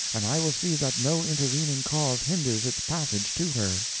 and i will see that no intervening cause hinders its passage to her.